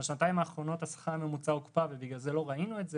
בשנתיים האחרונות השכר הממוצע הוקפא ובגלל זה לא ראינו את זה,